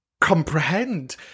comprehend